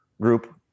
group